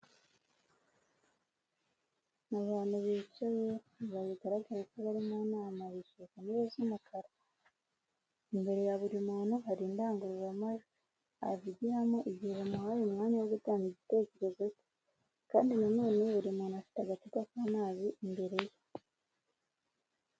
Mu bantu bicaye ba bigaraga ko bari mu nama bicaye muntebe, z'umukara imbere ya buri muntu hari indangururamajwi avugiramo igihe bamuhaye umwanya wo gutanga igitekerezo cye, kandi nanone buri muntu afite agacupa k'amazi imbere ye.